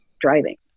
driving